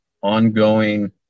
ongoing